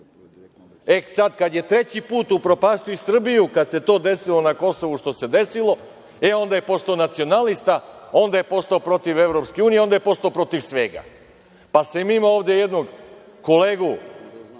kada je i treći put upropastio Srbiju, kada se to desilo na Kosovu što se desilo, onda je postao nacionalista, onda je postao protiv EU, onda je postao protiv svega. Pa sam imao ovde jednog kolegu,